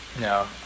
no